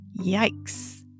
Yikes